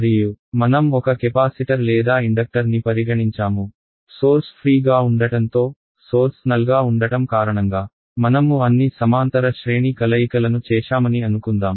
మరియు మనం ఒక కెపాసిటర్ లేదా ఇండక్టర్ ని పరిగణించాము మూలం శూన్యం గా ఉండటంతో సోర్స్ నల్గా ఉండటం కారణంగా మనము అన్ని సమాంతర శ్రేణి కలయికలను చేశామని అనుకుందాం